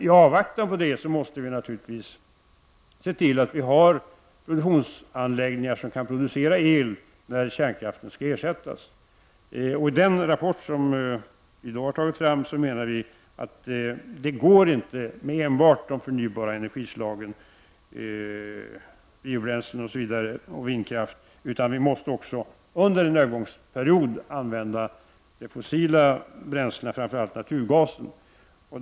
I avvaktan på detta måste vi naturligtvis se till att vi har produktionsanläggningar som kan producera el när kärnkraften skall ersättas. Vi menar i den rapport som vi har tagit fram att det inte går med enbart de förnybara energislagen, t.ex. biobränslen och vindkraft, utan att vi under en övergångsperiod måste använda de fossila bränslena, framför allt naturgasen.